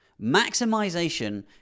Maximization